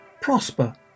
Prosper